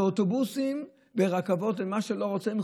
באוטובוסים, ברכבות, במה שלא רוצים.